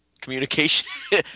communication